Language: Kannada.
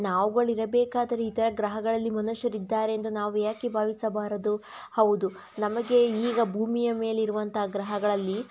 ನಾವುಗಳು ಇರಬೇಕಾದರೆ ಇತರ ಗ್ರಹಗಳಲ್ಲಿ ಮನುಷ್ಯರಿದ್ದಾರೆ ಎಂದು ನಾವು ಯಾಕೆ ಭಾವಿಸಬಾರದು ಹೌದು ನಮಗೆ ಈಗ ಭೂಮಿಯ ಮೇಲಿರುವಂಥ ಗ್ರಹಗಳಲ್ಲಿ